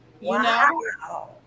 Wow